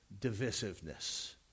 divisiveness